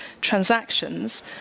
transactions